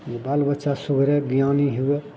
जे बालबच्चा सुधरे ज्ञानी हुए